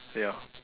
ya